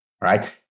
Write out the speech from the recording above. right